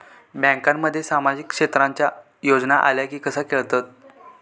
बँकांमध्ये सामाजिक क्षेत्रांच्या योजना आल्या की कसे कळतत?